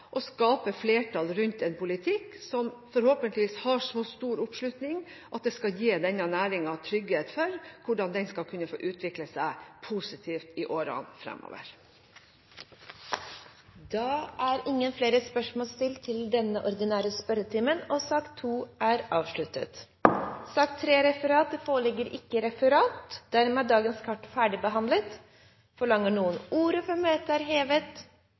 å skape flertall rundt en politikk som forhåpentligvis har så stor oppslutning at det skal gi denne næringen trygghet for hvordan den skal kunne utvikle seg positivt i årene fremover. Spørsmålene 13, 15, 16 og 17 er utsatt. Spørsmål 18 ble besvart etter spørsmål 5, og spørsmålene 19, 20 og 21 ble besvart før spørsmål 1. Da er det ikke flere spørsmål i den ordinære spørretimen, og sak nr. 2 er